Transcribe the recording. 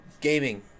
gaming